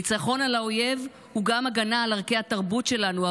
ניצחון על האויב הוא גם הגנה על ערכי התרבות שלנו,